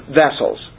vessels